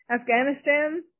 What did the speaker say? Afghanistan